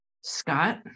Scott